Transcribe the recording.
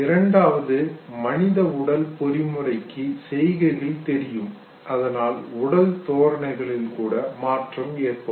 இரண்டாவது மனித உடல் பொறிமுறைக்கு செய்கைகள் தெரியும் அதனால் உடல் தோரணைகளில் கூட மாற்றம் ஏற்படும்